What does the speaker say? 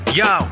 yo